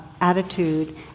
attitude